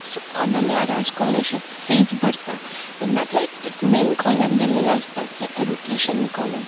स्कॉ नाल्यार scholarship fees भरता तेन्ना थंय एक मेन कॉलम दिल्लेले आसता की ऍडुकेशन कॉलम